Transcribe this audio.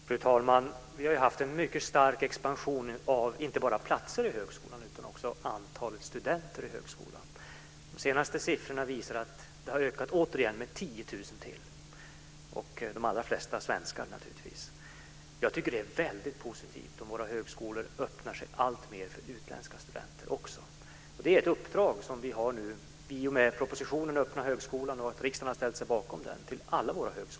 Fru talman! Vi har haft en mycket stark expansion inte bara av platser utan också av antalet studenter i högskolan. De senaste siffrorna visar att antalet har ökat med ytterligare 10 000. De allra flesta är naturligtvis svenskar. Jag tycker att det är väldigt positivt att våra högskolor alltmer öppnar sig också för utländska studenter. I och med propositionen Den öppna högskolan har alla våra högskolor i uppdrag att internationalisera våra miljöer.